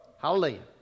Hallelujah